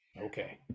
okay